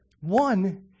One